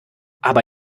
aber